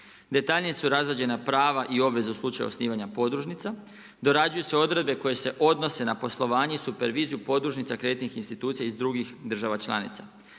Detaljnije su razrađena prava i obveza u slučaju osnivanju podružnica. Dorađuju se odredbe koje se odnose na poslovanje i superviziju podružnicu kreditnih institucija iz drugih država članica.